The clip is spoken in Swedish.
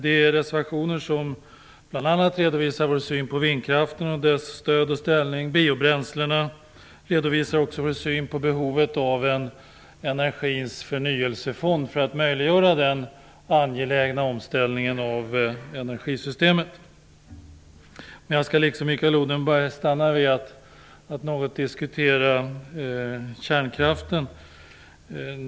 Vi har reservationer där vi bl.a. redovisar vår syn på vindkraften och dess ställning, biobränslena och behovet av en energins förnyelsefond för att möjliggöra den angelägna omställningen av energisystemet. Jag skall liksom Mikael Odenberg stanna vid att något diskutera kärnkraften.